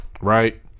right